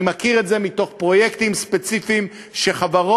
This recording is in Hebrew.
אני מכיר את זה מתוך פרויקטים ספציפיים שחברות